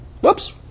Whoops